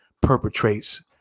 perpetrates